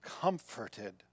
comforted